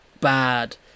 Bad